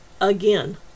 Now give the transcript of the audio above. Again